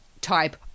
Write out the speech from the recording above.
type